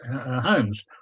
homes